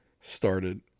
started